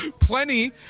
plenty